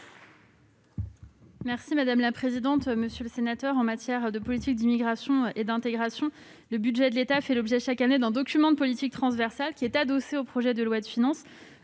est à Mme la ministre déléguée. En matière de politique d'immigration et d'intégration, le budget de l'État fait l'objet chaque année d'un document de politique transversale, qui est adossé au projet de loi de finances.